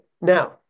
now